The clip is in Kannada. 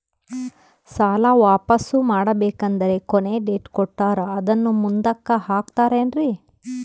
ಸಾಲ ವಾಪಾಸ್ಸು ಮಾಡಬೇಕಂದರೆ ಕೊನಿ ಡೇಟ್ ಕೊಟ್ಟಾರ ಅದನ್ನು ಮುಂದುಕ್ಕ ಹಾಕುತ್ತಾರೇನ್ರಿ?